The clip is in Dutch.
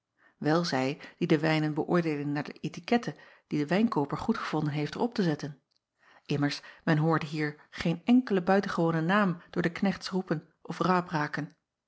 wel zij die de wijnen beöordeelen naar de etikette die de wijnkooper goedgevonden heeft er op te zetten mmers men hoorde hier geen enkelen buitengewonen naam door de knechts roepen of rabraken